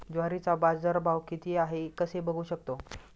ज्वारीचा बाजारभाव किती आहे कसे बघू शकतो?